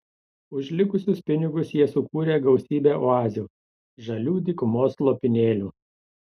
už likusius pinigus jie sukūrė gausybę oazių žalių dykumos lopinėlių